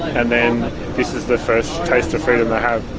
and then this is the first taste of freedom they have.